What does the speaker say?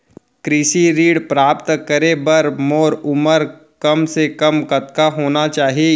कृषि ऋण प्राप्त करे बर मोर उमर कम से कम कतका होना चाहि?